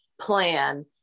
plan